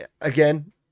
again